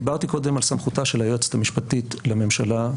דיברתי קודם על סמכותה של היועצת המשפטית לממשלה,